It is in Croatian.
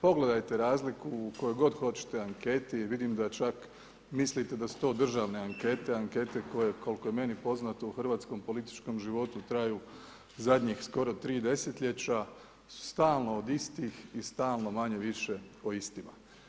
Pogledajte razliku u kojoj god hoćete anketi i vidim da čak mislite da su to državne ankete, ankete koje koliko je meni poznato u hrvatskom političkom životu traju zadnjih skoro 3 desetljeća su stalno od istih i stalno manje-više o istima.